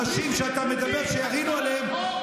אנשים שאתה מדבר שירינו עליהם,